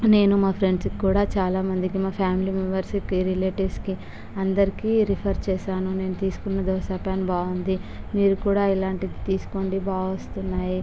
నేను మా ఫ్రెండ్స్కు కూడా చాలా మందికి మా ఫామిలీ మెంబర్స్కి రిలేటీవ్స్కి అందరికి రిఫర్ చేసాను నేను తీసుకున్న దోస పాన్ బాగుంది మీరు కూడా ఇలాంటిది తీసుకోండి బాగా వస్తున్నాయి